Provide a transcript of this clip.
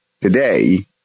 today